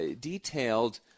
detailed